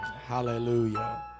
Hallelujah